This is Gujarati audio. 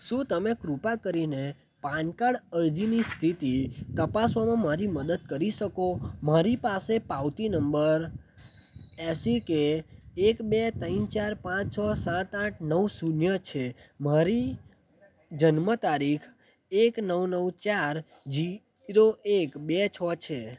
શું તમે કૃપા કરીને પાન કાર્ડ અરજીની સ્થિતિ તપાસવામાં મારી મદદ કરી શકો મારી પાસે પાવતી નંબર એસીકે એક બે ત્રણ ચાર પાંચ છો સાત આઠ નવ શૂન્ય છે મારી જન્મ તારીખ એક નવ નવ ચાર ઝીરો એક બે છ છે